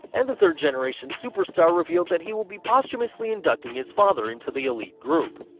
and the third-generation superstar revealed that he will be posthumously inducting his father into the elite group.